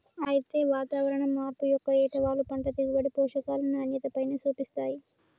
అయితే వాతావరణం మార్పు యొక్క ఏటవాలు పంట దిగుబడి, పోషకాల నాణ్యతపైన సూపిస్తాయి